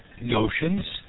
notions